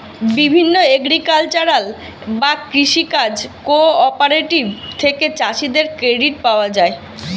বিভিন্ন এগ্রিকালচারাল বা কৃষি কাজ কোঅপারেটিভ থেকে চাষীদের ক্রেডিট পাওয়া যায়